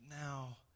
now